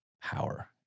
power